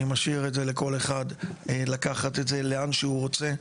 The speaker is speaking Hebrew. אני משאיר את זה לכל אחד לקחת את זה לאן שהוא רוצה.